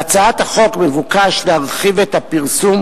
בהצעת החוק מבוקש להרחיב את הפרסום,